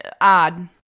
odd